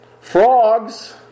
frogs